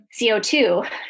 CO2